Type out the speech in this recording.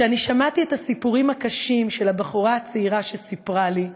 כשאני שמעתי את הסיפורים הקשים שהבחורה הצעירה סיפרה לי,